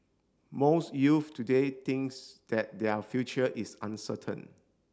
most youth today thinks that their future is uncertain